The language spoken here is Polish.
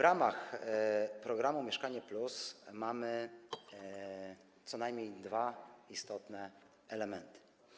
W ramach programu „Mieszkanie+” mamy co najmniej dwa istotne elementy.